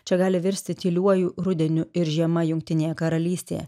čia gali virsti tyliuoju rudeniu ir žiema jungtinėje karalystėje